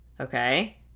okay